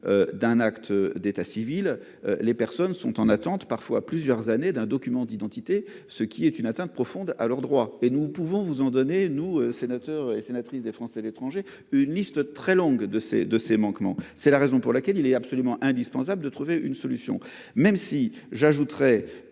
D'un acte d'état civil. Les personnes sont en attente parfois plusieurs années d'un document d'identité ce qui est une atteinte profonde à leurs droits et nous pouvons vous en donnez-nous sénateurs et sénatrices des Français de l'étranger une liste très longue de ces de ces manquements. C'est la raison pour laquelle il est absolument indispensable de trouver une solution, même si j'ajouterai